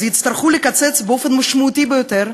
אז יצטרכו לקצץ באופן משמעותי ביותר,